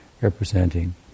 representing